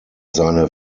seine